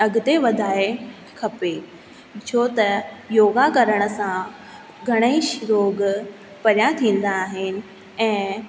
अॻिते वधाए खपे छो त योगा करण सां घणेई रोॻ परियां थींदा आहिनि ऐं